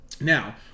Now